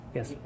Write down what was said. Yes